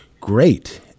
Great